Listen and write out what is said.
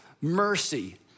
mercy